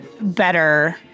better